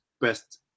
best